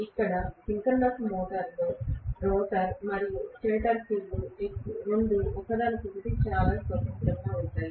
ఇక్కడ సింక్రోనస్ మోటారులో రోటర్ మరియు స్టేటర్ ఫీల్డ్ రెండూ ఒకదానికొకటి స్వతంత్రంగా ఉంటాయి